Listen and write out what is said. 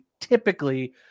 typically